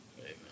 Amen